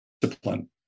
discipline